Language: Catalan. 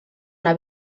una